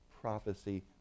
prophecy